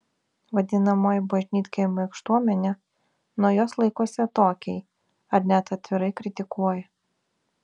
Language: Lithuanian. vadinamoji bažnytkaimio aukštuomenė nuo jos laikosi atokiai ar net atvirai kritikuoja